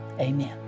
Amen